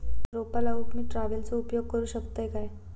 रोपा लाऊक मी ट्रावेलचो उपयोग करू शकतय काय?